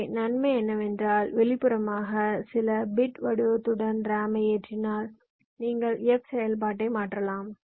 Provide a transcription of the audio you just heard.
எனவே நன்மை என்னவென்றால் வெளிப்புறமாக சில பிட் வடிவத்துடன் ரேமை ஏற்றினால் நீங்கள் F செயல்பாட்டை மாற்றலாம்